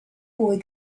boy